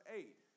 eight